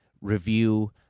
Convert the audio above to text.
review